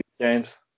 James